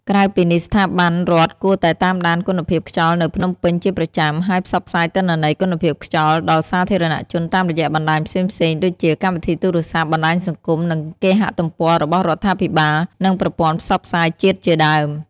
ក្រៅពីនេះ ស្ថាប័នរដ្ឋគួរតែតាមដានគុណភាពខ្យល់នៅភ្នំពេញជាប្រចាំ ហើយផ្សព្វផ្សាយទិន្នន័យគុណភាពខ្យល់ ដល់សាធារណជនតាមរយៈបណ្តាញផ្សេងៗដូចជា កម្មវិធីទូរស័ព្ទ បណ្តាញសង្គម និងគេហទំព័ររបស់រដ្ឋាភិបាល និងប្រព័ន្ធផ្សព្វផ្សាយជាតិជាដើម។